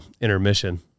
intermission